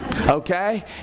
okay